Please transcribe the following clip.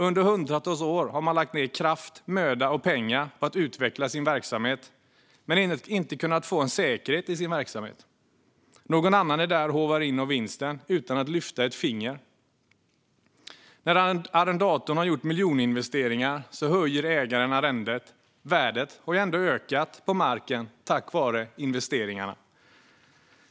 Under hundratals år har de lagt ned kraft, möda och pengar på att utveckla sin verksamhet men har inte kunnat få en säkerhet i den. Någon annan är där och håvar in av vinsten, utan att lyfta ett finger. När arrendatorn har gjort miljoninvesteringar höjer ägaren arrendet. Värdet på marken har ju ändå ökat, tack vare investeringarna.